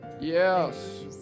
Yes